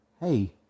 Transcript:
Hey